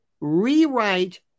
Rewrite